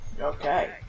Okay